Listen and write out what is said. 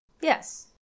Yes